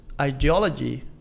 ideology